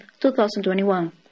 2021